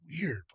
weird